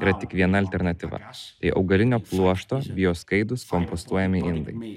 yra tik viena alternatyva tai augalinio pluošto bioskaidūs kompostuojami indai